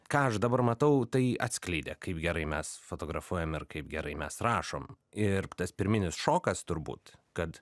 ką aš dabar matau tai atskleidė kaip gerai mes fotografuojam ir kaip gerai mes rašom ir tas pirminis šokas turbūt kad